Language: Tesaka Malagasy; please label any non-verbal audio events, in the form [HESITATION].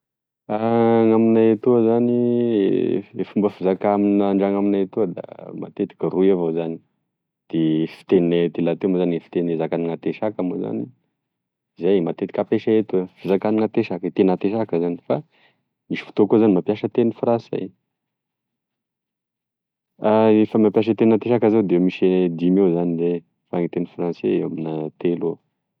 [HESITATION] Gn'aminay etoa zany [HESITATION] e fomba fizaka aminay andrano amigne etoa da matetiky roy avao zany de fiteninay aty lahateo moa zany fiteny zakan'antesaka moa zany zay matetiky ampiasay etoa fizakan'antesaka fiteny antesaka zany fa misy fotoa koa zany mampiasa teny fransay [HESITATION] efa mampiasa teny antesaka zao da misy dimy eo fa gne fiteny fransay eo amina telo eo.